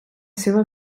seva